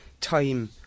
time